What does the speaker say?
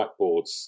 whiteboards